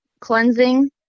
cleansing